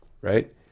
Right